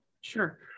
Sure